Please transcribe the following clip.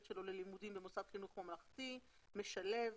שלו ללימודים במוסד חינוך ממלכתי משלב,